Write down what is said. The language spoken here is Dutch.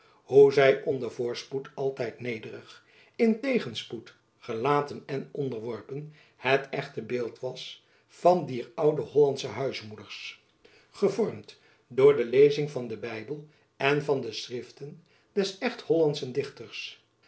hoe zy onder voorspoed altijd nederig in tegenspoed gelaten en onderworpen het echte beeld was dier oude hollandsche huismoeders gevormd door de lezing van den bijbel en van de schriften des echt hollandschen dichters